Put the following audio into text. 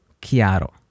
chiaro